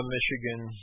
Michigan